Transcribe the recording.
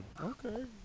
Okay